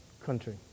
country